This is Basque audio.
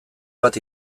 bat